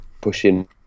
pushing